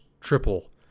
triple